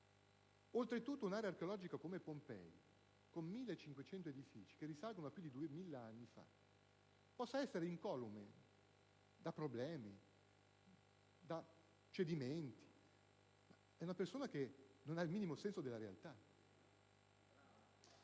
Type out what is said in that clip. che un'area archeologica come Pompei, con 1.500 edifici che risalgono a più di 2.000 anni fa, possa essere immune da problemi e cedimenti è una persona che non ha il minimo senso della realtà.